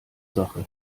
sache